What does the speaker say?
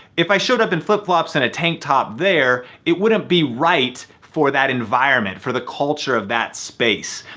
if i showed up in flip flops and a tank top there, it wouldn't be right for that environment, for the culture of that space.